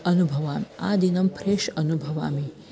अनुभवामि आदिनं फ्रेश् अनुभवामि